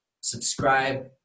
Subscribe